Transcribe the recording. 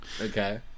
Okay